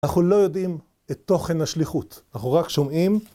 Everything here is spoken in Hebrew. אנחנו לא יודעים את תוכן השליחות, אנחנו רק שומעים.